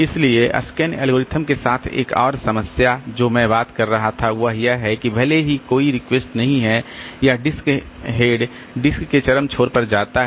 इसलिए SCAN algorithm के साथ एक और समस्या जो मैं बात कर रहा था वह यह है कि भले ही कोई रिक्वेस्ट नहीं है या डिस्क हेड डिस्क के चरम छोर पर जाता है